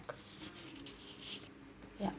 ya